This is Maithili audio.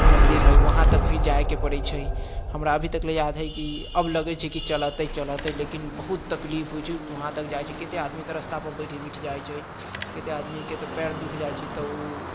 मन्दिर हइ वहाँ तक फिर जाइके पड़ैत छै हमरा अभी तक ले याद हइ कि अब लगैत छै कि चलतै चलतै लेकिन बहुत तकलीफ होइत छै वहाँ तक जाइत छै कत्तेक आदमी रस्तापर बैठ बैठ जाइत छै कत्तेक आदमीके तऽ पएर दुख जाइत छै तऽ ओ